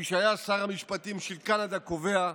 מי שהיה שר המשפטים של קנדה, קובע: